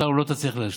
אותנו לא תצליח להשתיק.